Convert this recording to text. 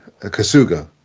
Kasuga